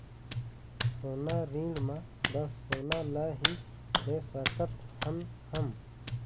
सोना ऋण मा बस सोना ला ही ले सकत हन हम?